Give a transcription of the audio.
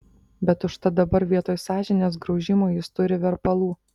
bet užtat dabar vietoj sąžinės graužimo jis turi verpalų